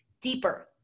deeper